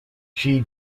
she